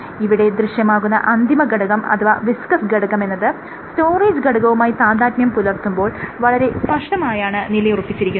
ഇവിടെ ദൃശ്യമാകുന്ന അന്തിമ ഘടകം അഥവാ വിസ്കസ് ഘടകമെന്നത് സ്റ്റോറേജ് ഘടകവുമായി താദാത്മ്യം പുലർത്തുമ്പോൾ വളരെ സ്പഷ്ടമായാണ് നിലയുറപ്പിച്ചിരിക്കുന്നത്